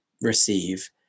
receive